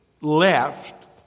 left